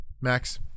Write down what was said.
max